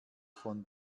von